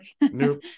nope